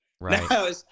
right